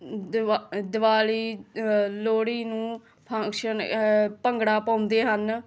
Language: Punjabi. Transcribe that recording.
ਦ ਦਿਵਾਲੀ ਲੋਹੜੀ ਨੂੰ ਫੰਕਸ਼ਨ ਭੰਗੜਾ ਪਾਉਂਦੇ ਹਨ